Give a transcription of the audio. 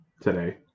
today